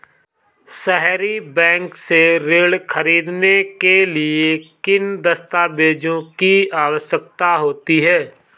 सहरी बैंक से ऋण ख़रीदने के लिए किन दस्तावेजों की आवश्यकता होती है?